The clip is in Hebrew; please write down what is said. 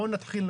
בוא נתחיל,